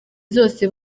zose